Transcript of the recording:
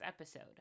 episode